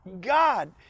God